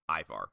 Ivar